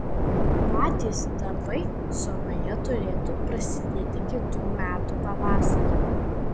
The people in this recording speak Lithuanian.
o patys darbai zonoje turėtų prasidėti kitų metų pavasarį